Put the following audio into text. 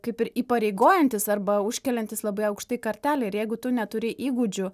kaip ir įpareigojantis arba užkeliantis labai aukštai kartelę ir jeigu tu neturi įgūdžių